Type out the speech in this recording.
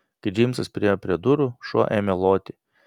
kai džeimsas priėjo prie durų šuo ėmė loti